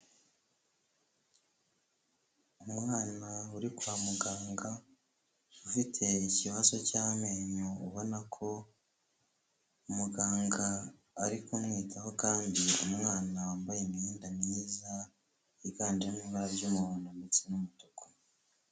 Umwana uri kwa muganga ufite ikibazo cy'amenyo ubona ko muganga ari kumwitaho kandi umwana wambaye imyenda myiza, yiganjemo ibara ry'umuhondo ndetse n'umutuku.